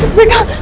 forgot